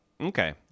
okay